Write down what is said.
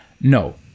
no